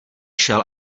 šel